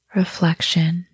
reflection